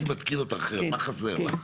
הייתי מתקיל אותך מה חסר לך?